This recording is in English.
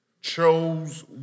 chose